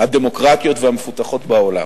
הדמוקרטיות והמפותחות בעולם.